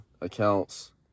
accounts